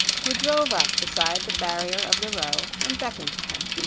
who drove up beside the barrier of the row and beckoned to him.